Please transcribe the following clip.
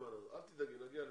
אל תדאגי, נגיע לפשרה.